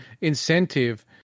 incentive